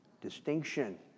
distinction